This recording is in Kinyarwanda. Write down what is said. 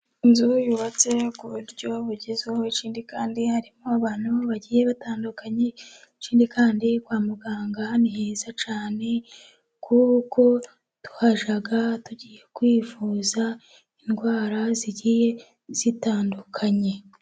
Inzu yubatse ku buryo bugezweho, ikindi kandi harimo abantu bagiye batandukanye cyane, ikindi kandi kwa muganga ni heza cyane, kuko twahajyaga tugiye kwivuza indwara zigiye zitandukanye.